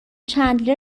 چندلر